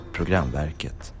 Programverket